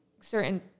certain